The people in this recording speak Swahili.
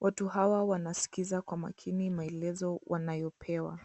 Watu hawa wanasikiza kwa makini maelezo wanayopewa.